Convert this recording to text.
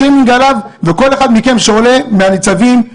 כל אחד מכם שעולה מהניצבים,